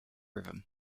rhythm